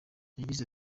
yagize